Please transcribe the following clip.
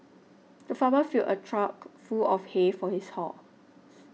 the farmer filled a trough full of hay for his horses